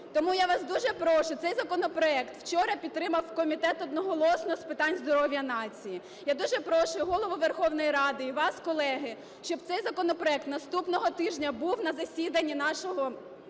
Тому я вас дуже прошу, цей законопроект вчора підтримав комітет одноголосно з питань здоров'я нації, я дуже прошу і Голову Верховної Ради і вас, колеги, щоб цей законопроект наступного тижня був на засіданні, на